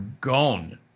gone